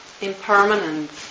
impermanence